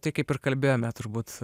tai kaip ir kalbėjome turbūt